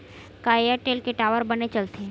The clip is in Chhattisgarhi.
का एयरटेल के टावर बने चलथे?